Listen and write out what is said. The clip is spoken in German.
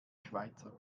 schweizer